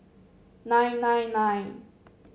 nine nine nine